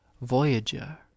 voyager